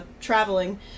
traveling